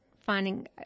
finding